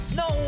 no